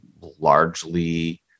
largely